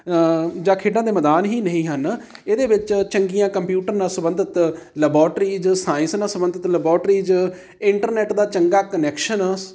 ਜਾਂ ਖੇਡਾਂ ਦੇ ਮੈਦਾਨ ਹੀ ਨਹੀਂ ਹਨ ਇਹਦੇ ਵਿੱਚ ਚੰਗੀਆਂ ਕੰਪਿਊਟਰ ਨਾਲ ਸੰਬੰਧਿਤ ਲੈਬੋਰਟਰੀਜ ਸਾਇੰਸ ਨਾਲ ਸੰਬੰਧਿਤ ਲੈਬੋਰਟਰੀਜ ਇੰਟਰਨੈਟ ਦਾ ਚੰਗਾ ਕਨੈਕਸ਼ਨ